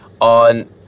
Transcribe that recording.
on